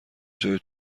جای